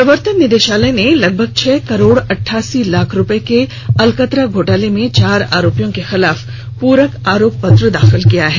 प्रवर्तन निदेशालय ने लगभग छह करोड़ अठासी लाख के अलकतरा घोटाला में चार आरोपियों के खिलाफ पूरक आरोप पत्र दाखिल किया है